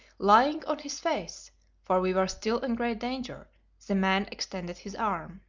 lying on his face for we were still in great danger the man extended his arm.